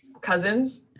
cousins